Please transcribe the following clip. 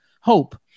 hope